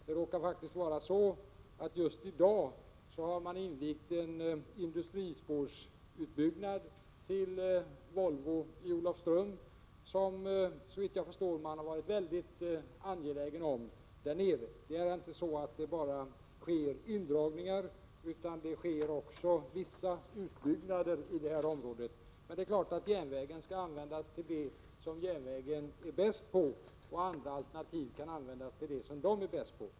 Det råkar faktiskt vara så att man just i dag har invigt en industrispårsutbyggnad vid Volvo i Olofström som man, såvitt jag förstår, har varit väldigt angelägen om. Det är inte så att det bara sker indragningar, utan det görs också vissa utbyggnader i detta område. Men det är klart att järnvägen skall användas till det som den är bäst på och att andra alternativ kan användas till det som de är bäst på.